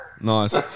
Nice